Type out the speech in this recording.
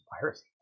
piracy